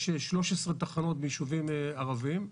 יש 13 תחנות ביישובים ערביים,